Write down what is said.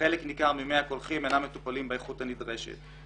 חלק ניכר ממי הקולחין אינם מטופלים באיכות הנדרשת.